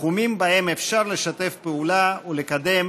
תחומים שבהם אפשר לשתף פעולה ולקדם